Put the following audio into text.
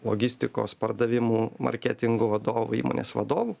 logistikos pardavimų marketingo vadovu įmonės vadovu